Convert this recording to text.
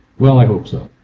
well i hope so.